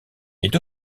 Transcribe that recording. est